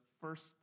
first